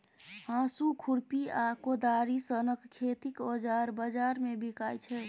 हाँसु, खुरपी आ कोदारि सनक खेतीक औजार बजार मे बिकाइ छै